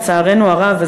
לצערנו הרב,